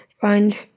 find